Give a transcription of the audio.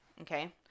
Okay